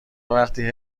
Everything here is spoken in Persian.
وقتی